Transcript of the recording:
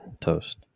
toast